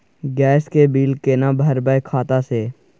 Gas के bill केना भरबै खाता से?